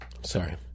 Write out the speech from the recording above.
sorry